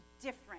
different